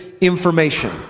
information